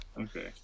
Okay